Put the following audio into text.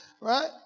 Right